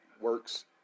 works